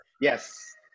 Yes